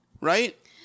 right